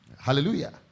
hallelujah